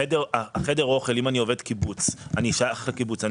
חדר האוכל, אם אני עובד קיבוץ, אני שייך לקיבוץ.